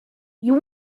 you